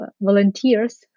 volunteers